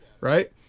right